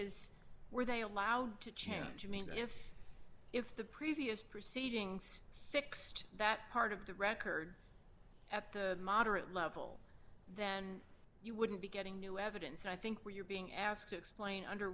is were they allowed to change i mean if if the previous proceedings sixed that part of the record at the moderate level then you wouldn't be getting new evidence i think where you're being asked to explain under